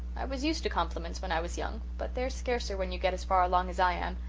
i was used to compliments when i was young but they're scarcer when you get as far along as i am.